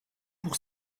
pour